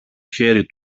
χέρι